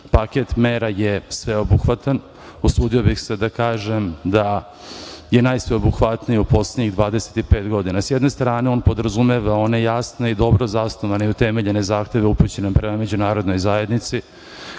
paket mera je sveobuhvatan, usudio bih se da kažem da je najsveobuhvatniji u poslednjih 25 godina. S jedne strane on podrazumeva one jasne i dobro zasnovane i utemeljene zahteve upućene prema Međunarodnoj zajednici,